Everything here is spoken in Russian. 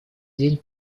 день